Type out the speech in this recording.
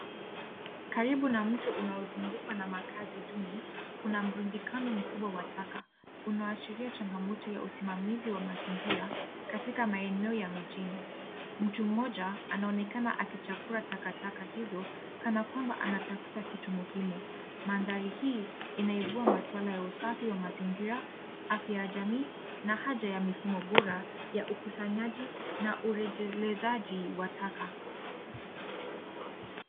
Karibu na mto unaozungukwa na makazi duni, kuna mrundikano mkubwa wa taka, unaoashiria changamoto ya usimamizi wa mazingira katika maeneo ya mijini. Mtu mmoja anaonekana akichakura takataka hizo kana kwamba anatafuta kitu muhimu. Mandhari hii inaibua maswala ya usafi wa mazingira, afya ya jamii, na haja ya mifumo bora ya ukusanyaji na urejelezaji wa taka.